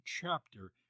chapter